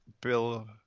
Bill